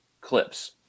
clips